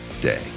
day